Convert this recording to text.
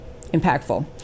impactful